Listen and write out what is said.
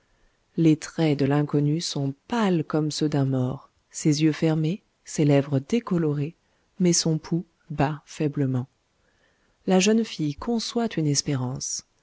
les traits de l'inconnu sont pâles comme ceux d'un mort ses yeux fermés ses lèvres décolorées mais son pouls bat faiblement la jeune fille conçoit une espérance